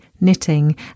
knitting